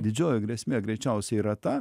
didžioji grėsmė greičiausiai yra ta